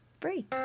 free